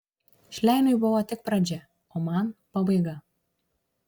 šleiniui buvo tik pradžia o man pabaiga